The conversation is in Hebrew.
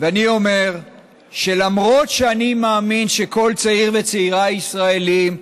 ואני אומר שלמרות שאני מאמין שכל צעיר וצעירה ישראלים,